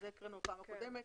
הקראנו בפעם הקודמת.